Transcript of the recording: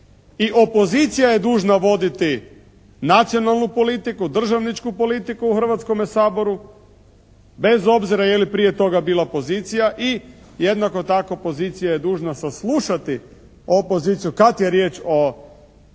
I opozicija je dužna voditi nacionalnu politiku, državničku politiku u Hrvatskome saboru, bez obzira je li prije toga bila pozicija i jednako tako pozicija je dužna saslušati opoziciju kad je riječ o